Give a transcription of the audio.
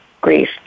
grief